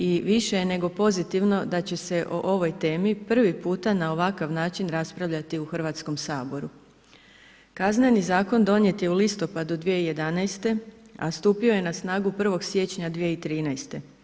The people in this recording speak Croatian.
I više je nego pozitivno da će se o ovoj temi prvi puta na ovakav način raspravljati u Hrvatskom saboru. kazneni zakon donijet je u listopadu 2011. a stupio je na snagu 1. siječnja 2013.